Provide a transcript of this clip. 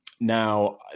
now